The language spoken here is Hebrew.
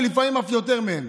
ולפעמים אף יותר מהם.